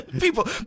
people